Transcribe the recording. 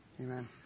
Amen